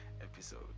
episode